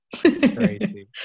Crazy